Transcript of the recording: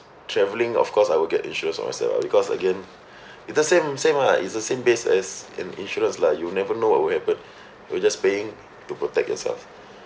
traveling of course I will get insurance for myself because again it's the same same ah it's the same base as an insurance lah you'll never know what will happen you're just paying to protect yourself